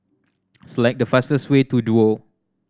select the fastest way to Duo